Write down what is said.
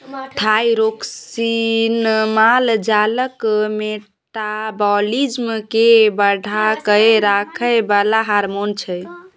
thyroxine माल जालक metabolism केँ बढ़ा कए राखय बला हार्मोन छै